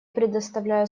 предоставляю